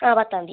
ആ പത്താം തീയതി